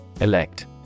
Elect